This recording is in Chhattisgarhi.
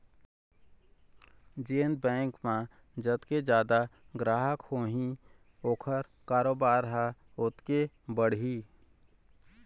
जेन बेंक म जतके जादा गराहक होही ओखर कारोबार ह ओतके बढ़ही